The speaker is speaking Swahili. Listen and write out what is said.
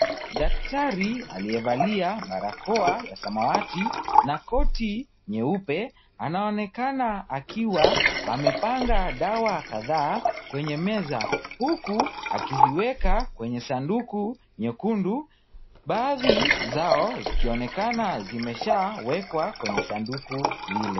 Daktari aliyevalia barakoa ya samawati na koti nyeupe, anaonekana akiwa amepanga dawa kadhaa kwenye meza, huku akiziweka kwenye sanduku nyekundu, baadhi zao zikionekana zimeshawekwa kwenye sanduku zile.